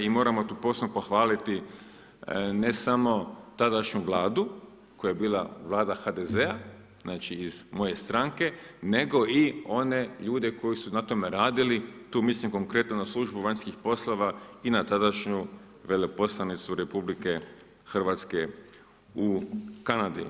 I moramo tu posebno pohvaliti ne samo tadašnju vladu, koja je bila vlada HDZ-a znači iz moje stranke, nego i one ljude koji su na tome radili, tu mislim konkretno na službu vanjskih poslova i na tadašnju veleposlanicu RH u Kanadi.